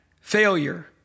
failure